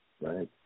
Right